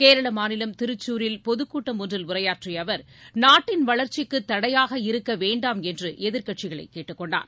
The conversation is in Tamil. கேரள மாநிலம் திருச்சூரில் பொதுக்கூட்டம் ஒன்றில் உரையாற்றிய அவர் நாட்டின் வளர்ச்சிக்கு தடையாக இருக்க வேண்டாம் என்று எதிர்க்கட்சிகளை கேட்டுக் கொண்டார்